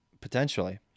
Potentially